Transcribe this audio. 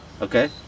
Okay